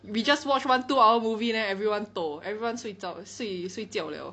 we just watch one two hour movie then everyone toh everyone 睡觉睡睡觉 liao